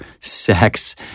sex